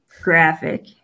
graphic